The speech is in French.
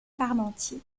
parmentier